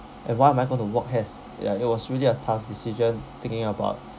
and what am I going to work has ya it was really a tough decision thinking about